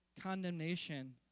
condemnation